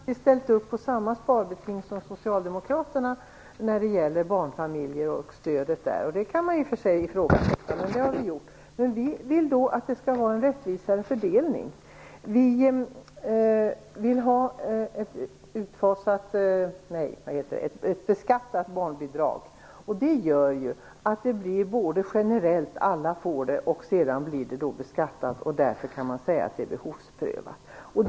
Fru talman! Vi i Miljöpartiet tycker också att vi skall spara. Vi har faktiskt ställt upp på samma sparbeting som Socialdemokraterna när det gäller stödet till barnfamiljer. Det kan man i och för sig ifrågasätta, men det har vi gjort. Men vi vill att det skall vara en rättvisare fördelning. Vi vill ha ett beskattat barnbidrag. Det gör att det blir både generellt och beskattat, och därför kan man säga att det är behovsprövat.